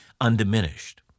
undiminished